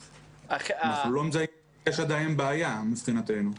אנחנו לא מזהים שיש עדיין בעיה מבחינתנו.